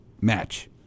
match